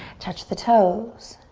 touch the toes.